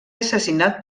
assassinat